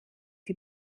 die